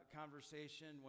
conversation